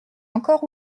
encore